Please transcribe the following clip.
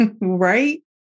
right